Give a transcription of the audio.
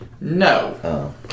No